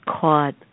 caught